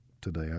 today